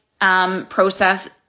process